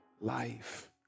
life